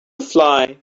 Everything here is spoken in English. fly